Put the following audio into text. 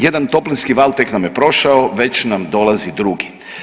Jedan toplinski val tek nam je prošao, već nam dolazi drugi.